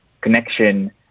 connection